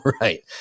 Right